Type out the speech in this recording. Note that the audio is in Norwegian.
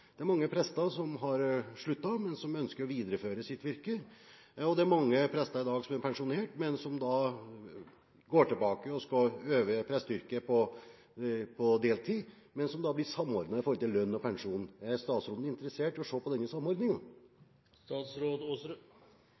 Det er mange prester som har sluttet, men som ønsker å videreføre sitt virke. Det er mange prester som i dag er pensjonert, som går tilbake og utøver presteyrket på deltid, men som da blir samordnet når det gjelder lønn og pensjon. Er statsråden interessert i å se på denne